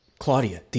Claudia